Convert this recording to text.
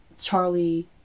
Charlie